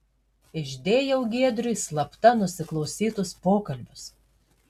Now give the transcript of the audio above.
išdėjau giedriui slapta nusiklausytus pokalbius